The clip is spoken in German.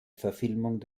verfilmung